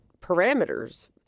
parameters